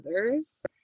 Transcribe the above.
others